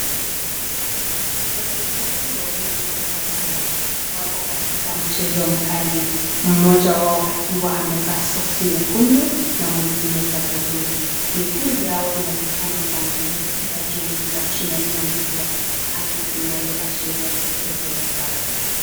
Wachezaji wawili wa kandanda wako katika mchezo mkali, moja wao akiwa amevaa sokisi nyekundu na mwingine za bluu. Miguu yao imekutana kwa nguvu katika juhudi za kushidania mbira hali inayo ashiria kuchezwa. rafuu